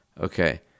okay